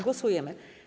Głosujemy.